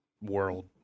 world